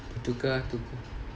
bertukar